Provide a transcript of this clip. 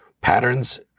patterns